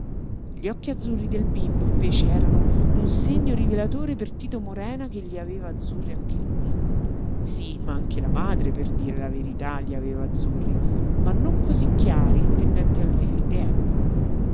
gli occhi azzurri del bimbo invece erano un segno rivelatore per tito morena che li aveva azzurri anche lui sí ma anche la madre per dire la verità li aveva azzurri ma non cosí chiari e tendenti al verde ecco